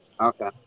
okay